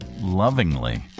Lovingly